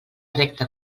recta